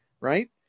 right